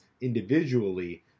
individually